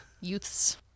youths